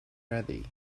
ready